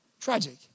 tragic